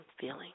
feeling